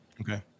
Okay